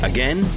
Again